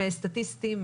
סטטיסטיים,